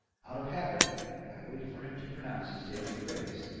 out of habit i waited for him to pronounce his daily phrase.